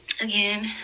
again